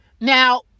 now